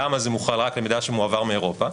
למה זה מוחל רק על מידע שמועבר מאירופה?